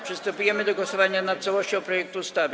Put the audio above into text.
Przystępujemy do głosowania nad całością projektu ustawy.